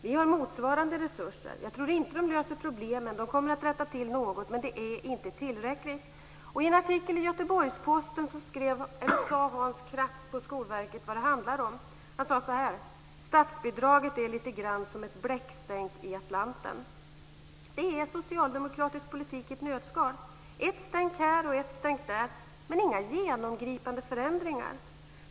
Vi har motsvarande resurser, men jag tror inte att de löser problemen. De kommer att rätta till något, men det är inte tillräckligt. I en artikel i Göteborgs-Posten konstaterar Hans Krantz på Skolverket vad det handlar om: "Statsbidraget är lite grann som ett bläckstänk i Atlanten." Det är socialdemokratisk politik i ett nötskal. Ett stänk här, och ett stänk där, men inga genomgripande förändringar.